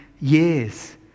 years